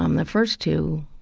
um the first two,